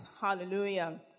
hallelujah